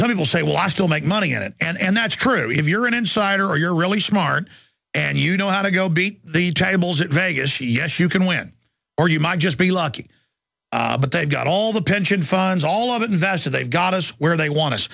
some people say well i still make money on it and that's true if you're an insider or you're really smart and you know how to go beat the tables in vegas yes you can win or you might just be lucky but they've got all the pension funds all of that invested they've got us where they want